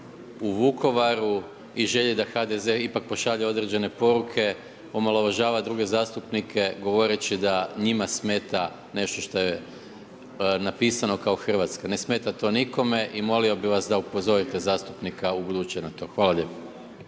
u Vukovaru i želji da HDZ ipak pošalje određene poruke omalovažava druge zastupnike govoreći da njima smeta nešto što je napisano kao hrvatska. Ne smeta to nikome i molio bih vas da upozorite zastupnika ubuduće na to. Hvala lijepo.